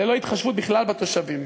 ללא התחשבות בכלל בתושבים.